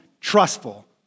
trustful